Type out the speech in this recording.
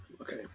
Okay